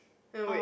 oh wait